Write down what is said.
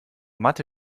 mathe